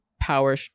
power